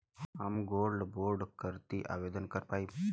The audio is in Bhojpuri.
हम गोल्ड बोड करती आवेदन कर पाईब?